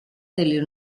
delle